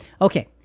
Okay